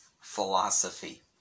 philosophy